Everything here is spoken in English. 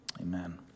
amen